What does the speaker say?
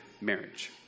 marriage